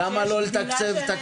כשיש גדילה של תנועות נוער --- כן,